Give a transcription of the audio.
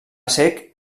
cec